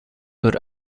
would